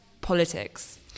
politics